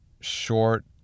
short